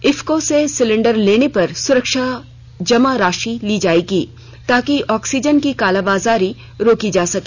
इफ्को से सिलेंडर लेने पर सुरक्षा जमा राशि ली जाएगी ताकि ऑक्सीजन की कालाबाजारी रोकी जा सके